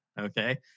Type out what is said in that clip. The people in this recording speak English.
okay